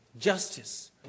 justice